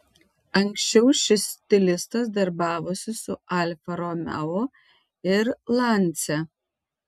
anksčiau šis stilistas darbavosi su alfa romeo ir lancia